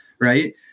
Right